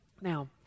now